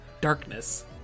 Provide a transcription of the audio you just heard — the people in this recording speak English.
darkness